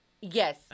yes